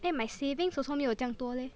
eh my savings also 没有这样多 leh